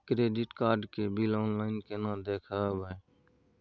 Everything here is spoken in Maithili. क्रेडिट कार्ड के बिल ऑनलाइन केना देखबय?